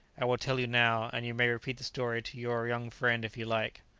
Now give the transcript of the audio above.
i will tell you now, and you may repeat the story to your young friend if you like.